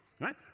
right